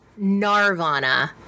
Narvana